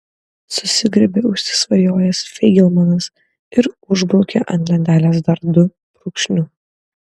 susigriebė užsisvajojęs feigelmanas ir užbraukė ant lentelės dar du brūkšniu